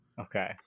Okay